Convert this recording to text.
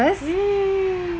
ya ya ya ya ya